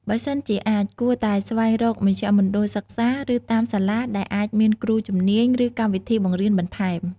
បើសិនជាអាច គួរតែស្វែងរកមជ្ឈមណ្ឌលសិក្សា ឬតាមសាលាដែលអាចមានគ្រូជំនួយ ឬកម្មវិធីបង្រៀនបន្ថែម។